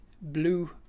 blue